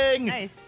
Nice